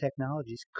technologies